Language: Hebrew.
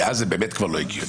כי אז זה באמת כבר לא הגיוני.